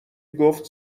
گفت